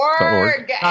org